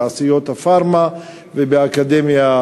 בתעשיות הפארמה ובאקדמיה,